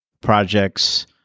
projects